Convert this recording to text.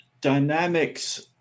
dynamics